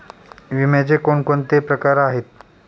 विम्याचे कोणकोणते प्रकार आहेत?